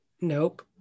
Nope